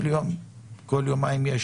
כל יומיים,